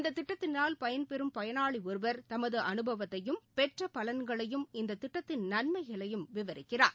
இந்த திட்டத்தினால் பயன்பெறும் பயனாளி ஒருவர் தமது அனுபவத்தையும் பெற்ற பலன்களையும் இந்த திட்டத்தின் நன்மைகளையும் விவரிக்கிறார்